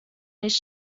nicht